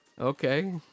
okay